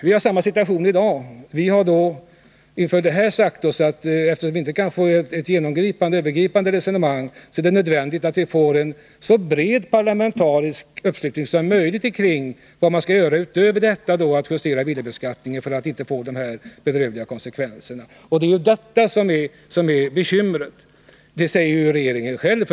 Vi har samma situation i dag. Vi har inför den här ändringen sagt oss att eftersom vi inte kan få ett genomgripande resonemang, är det nödvändigt att vi får en så bred parlamentarisk uppslutning som möjligt kring frågan vad man skall göra utöver en justering av villabeskattningen för att inte få de här bedrövliga konsekvenserna. Det är ju detta som är bekymret. Det säger regeringen själv.